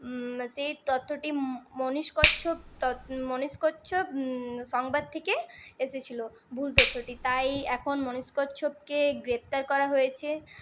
সেই তথ্যটি মনীশ কশ্যপ তত মনীশ কশ্যপ সংবাদ থেকে এসেছিল ভুল তথ্যটি তাই এখন মনীশ কশ্যপকে গ্রেফতার করা হয়েছে